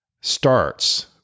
starts